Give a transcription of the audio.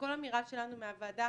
ובכל אמירה שלנו מהוועדה